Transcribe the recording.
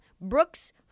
Brooks